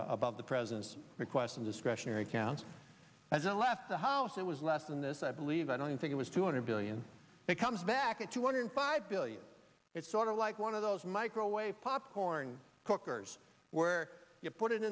spending about the president's request in discretionary accounts as i left the house it was less than this i believe i don't think it was two hundred billion that comes back at two hundred five billion it's sort of like one of those microwave popcorn cookers where you put it